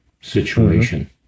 situation